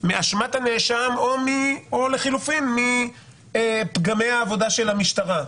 באשמת הנאשם או לחלופין בפגמי העבודה של המשטרה,